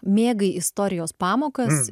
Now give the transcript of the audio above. mėgai istorijos pamokas